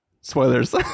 Spoilers